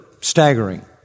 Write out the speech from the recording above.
staggering